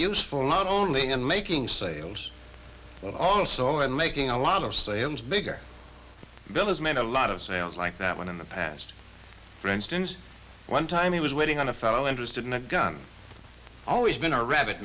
useful not only in making sales but also in making a lot of sales bigger bill has made a lot of sales like that when in the past for instance one time i was waiting on a fellow interested in a gun always been a rabbit